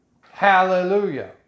Hallelujah